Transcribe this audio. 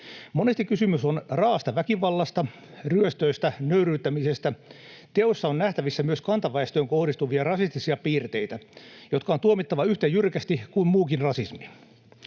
Monesti kysymys on raa´asta väkivallasta, ryöstöistä ja nöyryyttämisestä. Teoissa on nähtävissä myös kantaväestöön kohdistuvia rasistisia piirteitä, jotka on tuomittava yhtä jyrkästi kuin muukin rasismi.